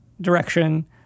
direction